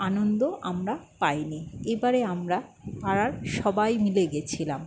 আনন্দ আমরা পাই নি এবারে আমরা পাড়ার সবাই মিলে গিয়েছিলাম